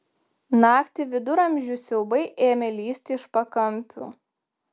naktį viduramžių siaubai ėmė lįsti iš pakampių